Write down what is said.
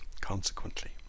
consequently